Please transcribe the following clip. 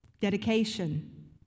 dedication